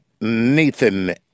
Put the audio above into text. Nathan